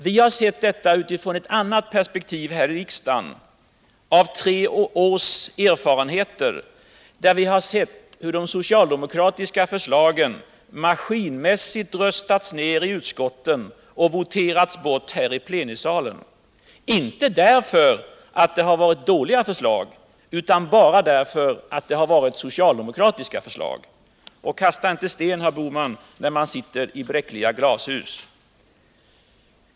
Vi har sett saken utifrån ett annat perspektiv här i riksdagen med tre års erfarenhet av hur de socialdemokratiska förslagen maskinmässigt röstats ned i utskotten och voterats bort här i plenisalen — inte därför att det har varit dåliga förslag utan bara därför att det har varit socialdemokratiska förslag. Man skall inte kasta sten, herr Bohman, när man sitter i bräckliga glashus.